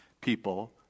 people